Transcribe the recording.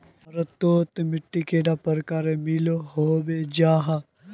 भारत तोत मिट्टी कैडा प्रकारेर मिलोहो जाहा?